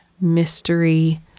Mystery